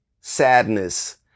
sadness